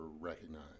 recognize